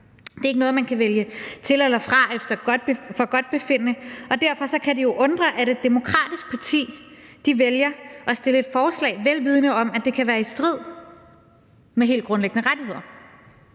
Det er ikke noget, man kan vælge til eller fra efter forgodtbefindende, og derfor kan det jo undre, at et demokratisk parti vælger at stille et forslag vel vidende, at det kan være i strid med helt grundlæggende rettigheder.